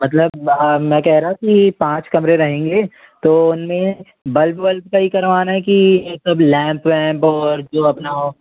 मतलब मैं कह रहा कि पाँच कमरे रहेंगे तो उनमें बल्ब वल्ब का ही करवाना है कि ये सब लैंप वैंप और जो अपना